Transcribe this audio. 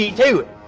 to it.